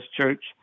church